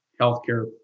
healthcare